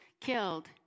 killed